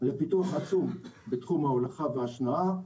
לפיתוח עצום בתחום ההולכה וההשנעה,